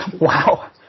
Wow